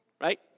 right